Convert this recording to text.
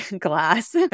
glass